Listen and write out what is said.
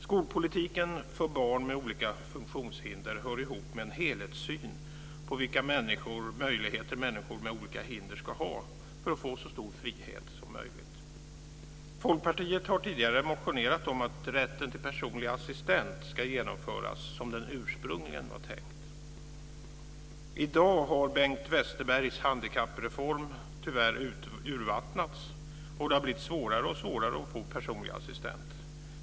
Skolpolitiken för barn med olika funktionshinder hör ihop med en helhetssyn på vilka möjligheter människor med olika hinder ska ha för att få så stor frihet som möjligt. Folkpartiet har tidigare motionerat om att rätten till personlig assistent ska genomföras som den ursprungligen var tänkt. I dag har Bengt Westerbergs handikappreform tyvärr urvattnats, och det har blivit allt svårare att få personlig assistent.